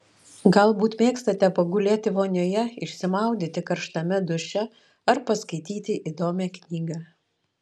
galbūt mėgstate pagulėti vonioje išsimaudyti karštame duše ar paskaityti įdomią knygą